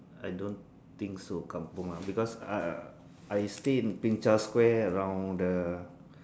I don't think so kampung ah because uh I stay in ping chow square around the